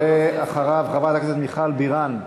אחריו, חברת הכנסת מיכל בירן.